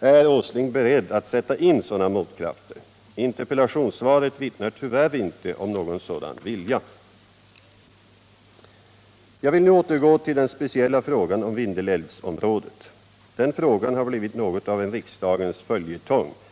Är herr Åsling beredd att sätta in sådana — Nr 26 motkrafter? Interpellationssvaret vittnar tyvärr inte om någon sådan vilja. Måndagen den Jag vill nu återgå till den speciella frågan om Vindelälvsområdet. Den 14 november 1977 frågan har blivit något av en riksdagens följetong.